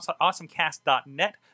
Awesomecast.net